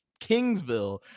Kingsville